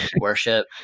worship